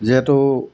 যিহেতু